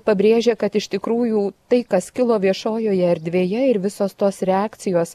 pabrėžia kad iš tikrųjų tai kas kilo viešojoje erdvėje ir visos tos reakcijos